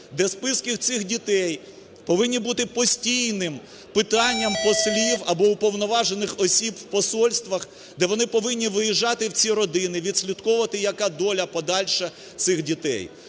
де списки цих дітей повинні бути постійним питанням послів або уповноважених осіб в посольствах, де вони повинні виїжджали в ці родини, відслідковувати, яка доля подальша цих дітей.